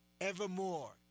evermore